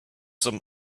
some